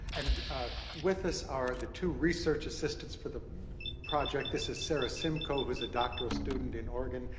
and with us are the two research assistants for the project. this is sarah simco, who's a doctoral student in organ,